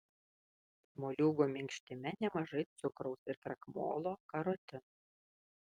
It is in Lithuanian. moliūgo minkštime nemažai cukraus ir krakmolo karotino